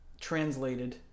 translated